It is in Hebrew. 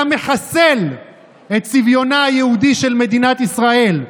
אתה מחסל את צביונה היהודי של מדינת ישראל.